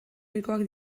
ohikoak